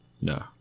No